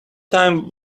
time